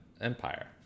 Empire